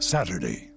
Saturday